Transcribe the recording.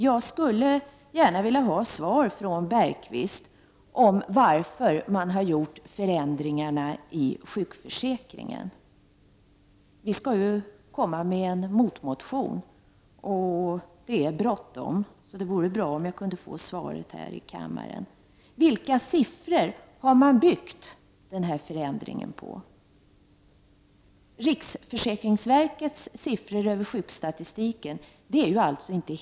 Jag skulle då gärna vilja ha ett svar från Jan Bergqvist på frågan om vad som är anledningen till förändringarna i sjukförsäkringen. Vi skall ju komma med en motmotion, och det är bråttom. Det vore därför bra om jag kunde få svar på frågan här i kammaren. Vilka siffror har man byggt denna förändring på? Riksförsäkringsverkets siffror över sjukstatistiken ger ju inte hela sanningen.